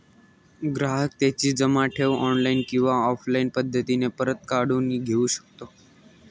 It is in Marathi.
ग्राहक त्याची जमा ठेव ऑनलाईन किंवा ऑफलाईन पद्धतीने परत काढून घेऊ शकतो